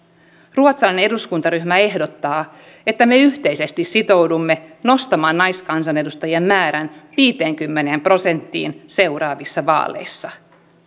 ruotsalainen eduskuntaryhmä ehdottaa että me yhteisesti sitoudumme nostamaan naiskansanedustajien määrän viiteenkymmeneen prosenttiin seuraavissa vaaleissa